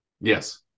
yes